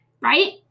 Right